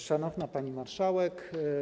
Szanowna Pani Marszałek!